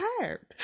tired